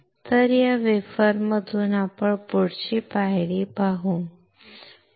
तर या वेफरमधून आपण पुढची पायरी पाहू